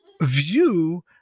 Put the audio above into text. view